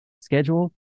schedule